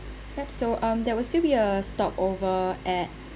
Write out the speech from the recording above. fab so um there will still be a stopover at